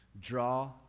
Draw